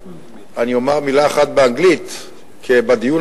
אני אומר מלה אחת באנגלית, כי בדיון